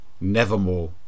Nevermore